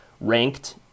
ranked